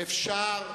אפשר.